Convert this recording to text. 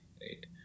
right